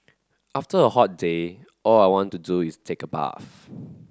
after a hot day all I want to do is take a bath